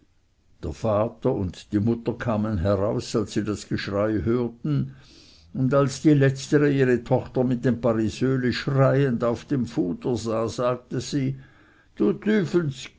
der vater und die mutter kamen heraus als sie das geschrei hörten und als die letztere ihre tochter mit dem parisöli schreiend auf dem fuder sah sagte sie du